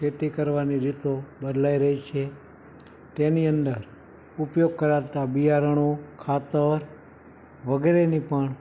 ખેતી કરવાની રીતો બદલાઈ રહી છે તેની અંદર ઉપયોગ કરાતા બિયારણો ખાતર વગેરેની પણ